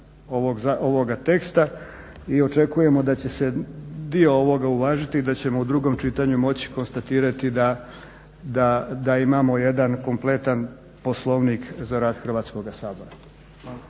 ovoga teksta i očekujemo da će se dio ovoga uvažiti i da ćemo u drugom čitanju moći konstatirati da imamo jedan kompletan Poslovnik za rad Hrvatskoga sabora.